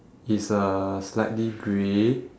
is uh slightly grey